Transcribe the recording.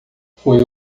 foi